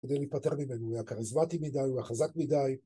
כדי להיפטר ממנו הוא היה כריזמתי מדי הוא היה חזק מדי.